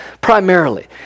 primarily